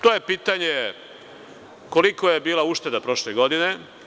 To je pitanje kolika je bilo ušteda prošle godine?